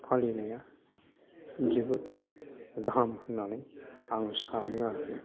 फालिनाया जोबोर गाहाम होन्नानै आं सानो आरोखि